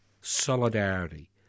Solidarity